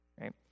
right